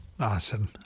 Awesome